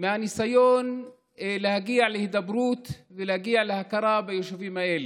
מהניסיון להגיע להידברות ולהגיע להכרה ביישובים האלה.